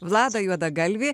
vladą juodagalvį